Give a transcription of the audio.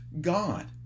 God